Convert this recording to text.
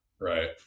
right